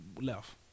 left